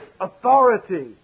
authority